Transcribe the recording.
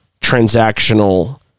transactional